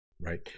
Right